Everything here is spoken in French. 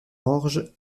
orge